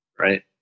right